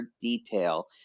detail